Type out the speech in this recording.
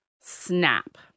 snap